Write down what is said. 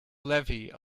levy